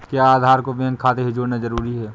क्या आधार को बैंक खाते से जोड़ना जरूरी है?